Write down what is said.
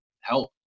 help